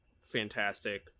Fantastic